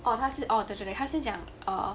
orh 他是 out of actually 他是讲 err